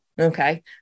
okay